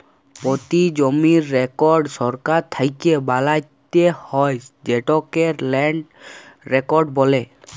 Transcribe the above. পতি জমির রেকড় সরকার থ্যাকে বালাত্যে হয় যেটকে ল্যান্ড রেকড় বলে